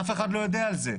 אף אחד לא יודע את זה.